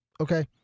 Okay